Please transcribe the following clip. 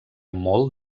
molt